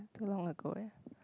too long ago eh